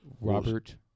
Robert